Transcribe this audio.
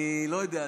אני לא יודע,